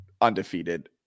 undefeated